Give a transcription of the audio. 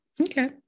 Okay